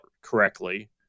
correctly